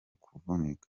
kuvunika